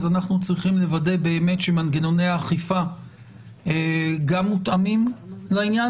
אנחנו צריכים לוודא באמת שמנגנוני האכיפה גם מותאמים לעניין